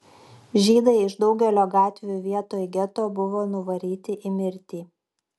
žydai iš daugelio gatvių vietoj geto buvo nuvaryti į mirtį